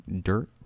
dirt